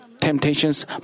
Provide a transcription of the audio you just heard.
temptations